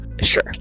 Sure